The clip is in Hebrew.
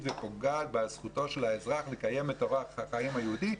ופוגע בזכותו של האזרח לקיים את אורח החיים היהודי.